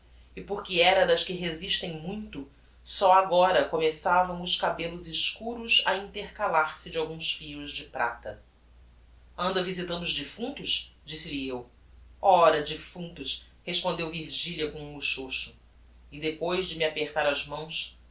e porque era das que resistem muito só agora começavam os cabellos escuros a intercalar se de alguns fios de prata anda visitando os defuntos disse-lhe eu ora defuntos respondeu virgilia com um muxoxo e depois de me apertar as mãos